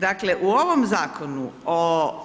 Dakle, u ovom Zakonu o